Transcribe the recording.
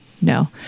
No